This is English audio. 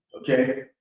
Okay